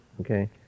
okay